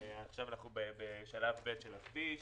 עכשיו אנחנו בשלב ב' של הכביש.